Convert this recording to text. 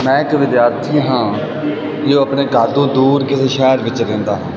ਮੈਂ ਇੱਕ ਵਿਦਿਆਰਥੀ ਹਾਂ ਜੋ ਆਪਣੇ ਘਰ ਤੋਂ ਦੂਰ ਕਿਸੇ ਸ਼ਹਿਰ ਵਿੱਚ ਰਹਿੰਦਾ ਹਾਂ